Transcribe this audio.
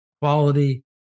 quality